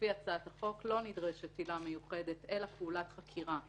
לפי הצעת החוק לא נדרשת עילה מיוחדת אלא פעולת חקירה,